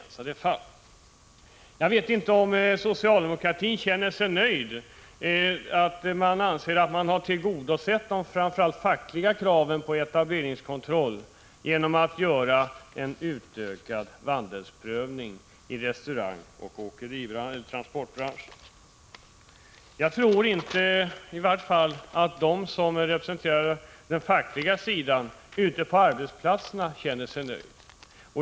Jag vet inte om socialdemokratin känner sig nöjd och anser att regeringen tillgodosett framför allt de fackliga kraven på etableringskontroll genom en utökad vandelsprövning i restaurangoch transportbranscherna. Jag tror inte att de som representerar den fackliga sidan ute på arbetsplatserna känner sig nöjda.